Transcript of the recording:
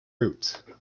route